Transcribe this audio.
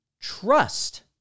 trust